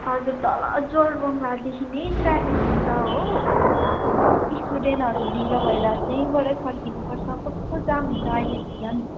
हजुर तल जोरबङ्गलादेखि नै ट्राफिक हुन्छ हो स्टुडेन्टहरू ढिलो भएर त्यहीँबाटै फर्किनुपर्छ कस्तो जाम हुन्छ अहिले त झन्